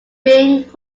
bing